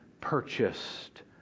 purchased